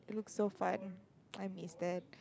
it's so fun I miss that